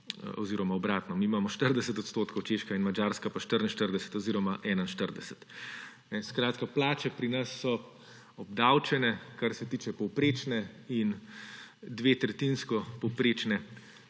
kjer imamo mi 40 odstotkov, Češka in Madžarska pa 44 oziroma 41. Skratka, plače pri nas so obdavčene, kar se tiče povprečne in dvotretjinsko povprečne,